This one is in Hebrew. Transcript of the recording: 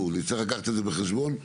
נצטרך לקחת את זה בחשבון,